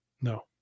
No